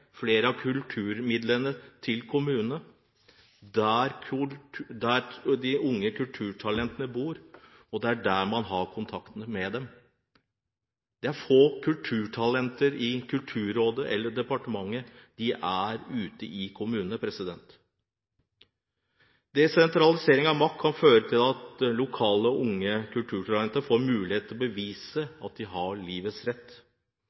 flere av kulturmidlene til kommunene, der de unge kulturtalentene bor? Det er der man har kontakten med dem. Det er få kulturtalenter i Kulturrådet eller i departementet – de er ute i kommunene. Desentralisering av makt kan føre til at lokale unge kulturtalenter får mulighet til å bevise at de har livets rett.